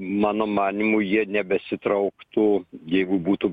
mano manymu jie nebesitrauktų jeigu būtų